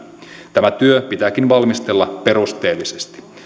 tämä työ pitääkin valmistella perusteellisesti